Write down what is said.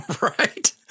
Right